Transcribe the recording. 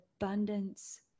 abundance